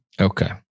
Okay